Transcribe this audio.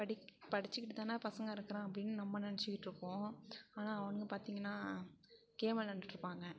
படி படிச்சிக்கிட்டுதானே பசங்க இருக்குறான் அப்படின்னு நம்ம நினச்சுக்கிட்ருப்போம் ஆனால் அவனுங்க பார்த்திங்கன்னா கேம் விளாண்டுட்ருப்பாங்க